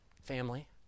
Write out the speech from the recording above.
family